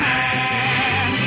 Man